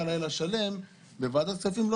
לילה שלם בוועדת הכספים,